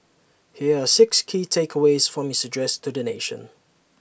here are six key takeaways from his address to the nation